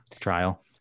trial